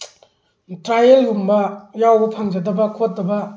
ꯇ꯭ꯔꯥꯏꯌꯦꯜꯒꯨꯝꯕ ꯌꯥꯎꯕ ꯐꯪꯖꯗꯕ ꯈꯣꯠꯇꯕ